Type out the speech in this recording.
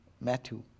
Matthew